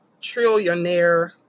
trillionaire